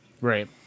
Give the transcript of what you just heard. Right